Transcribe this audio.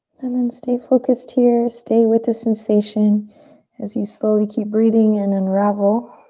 and then stay focused here, stay with this sensation as you slowly keep breathing and unravel.